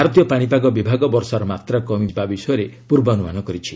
ଭାରତୀୟ ପାଣିପାଗ ବିଭାଗ ବର୍ଷାର ମାତ୍ରା କମିଯିବା ବିଷୟ ପୂର୍ବାନୁମାନ କରିଛି